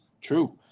true